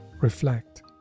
reflect